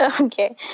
okay